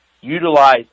Utilize